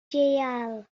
jail